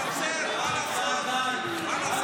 --- מי שיפר את החוק ייעצר, מה לעשות.